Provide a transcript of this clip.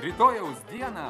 rytojaus dieną